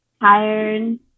tired